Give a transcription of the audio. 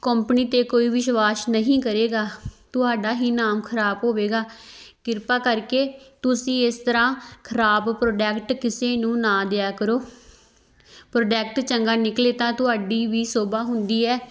company 'ਤੇ ਕੋਈ ਵਿਸ਼ਵਾਸ ਨਹੀਂ ਕਰੇਗਾ ਤੁਹਾਡਾ ਹੀ ਨਾਮ ਖਰਾਬ ਹੋਵੇਗਾ ਕਿਰਪਾ ਕਰਕੇ ਤੁਸੀਂ ਇਸ ਤਰ੍ਹਾਂ ਖਰਾਬ ਪ੍ਰੋਡਕਟ ਕਿਸੇ ਨੂੰ ਨਾ ਦਿਆ ਕਰੋ ਪ੍ਰੋਡੈਕਟ ਚੰਗਾ ਨਿਕਲੇ ਤਾਂ ਤੁਹਾਡੀ ਵੀ ਸ਼ੋਭਾ ਹੁੰਦੀ ਹੈ